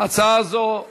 הצעה זו היא